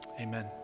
Amen